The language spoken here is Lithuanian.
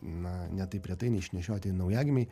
na ne taip retai neišnešioti naujagimiai